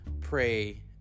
pray